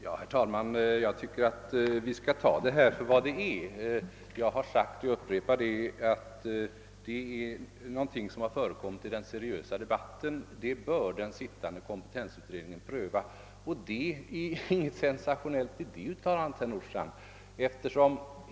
Herr talman! Jag tycker att vi skall ta denna sak för vad den är. Jag har sagt, och jag upprepar det, att uppslaget har förekommit i den seriösa debatten och att den arbetande kompetensutredningen bör pröva det. Det ligger väl inte något sensationellt i det, herr Nordstrandh.